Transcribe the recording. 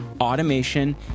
automation